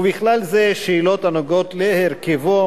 ובכלל זה שאלות הנוגעות להרכבו,